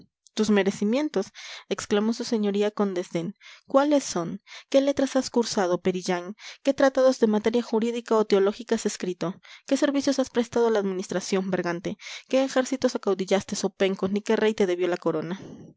tus merecimientos exclamó su señoría con desdén cuáles son qué letras has cursado perillán qué tratados de materia jurídica o teológica has escrito qué servicios has prestado a la administración bergante qué ejércitos acaudillaste zopenco ni qué rey te debió la corona